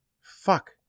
fuck